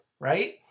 Right